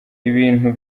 ibintu